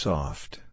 Soft